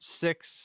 six